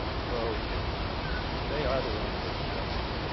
ah so they are their own worst enemies